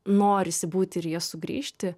norisi būti ir į jas sugrįžti